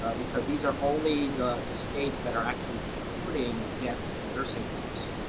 ah because these are only the the states that are actually reporting deaths in nursing homes.